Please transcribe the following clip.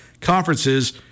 conferences